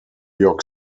york